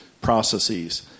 processes